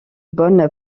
bonne